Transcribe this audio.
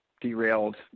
derailed